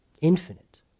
Infinite